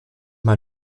mal